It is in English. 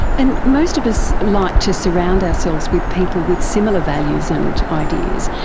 and most of us like to surround ourselves with people with similar values and ideas.